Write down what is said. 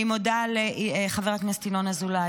אני מודה לחבר הכנסת ינון אזולאי,